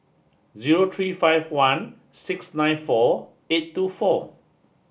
zero three five one six nine four eight two four